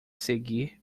seguir